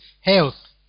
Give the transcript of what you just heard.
health